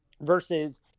versus